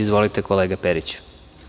Izvolite, kolega Periću.